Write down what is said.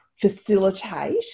facilitate